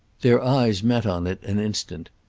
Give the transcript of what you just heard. their eyes met on it an instant.